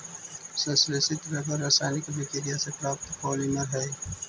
संश्लेषित रबर रासायनिक अभिक्रिया से प्राप्त पॉलिमर हइ